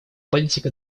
политика